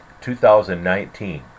2019